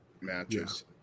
matches